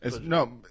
No